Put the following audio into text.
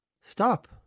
Stop